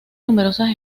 numerosas